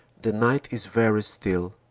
the night is very still.